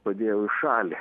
padėjau į šalį